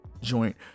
joint